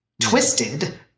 twisted